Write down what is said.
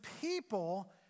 people